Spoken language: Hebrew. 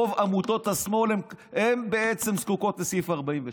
רוב עמותות השמאל הן בעצם זקוקות לסעיף 46,